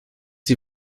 die